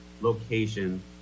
location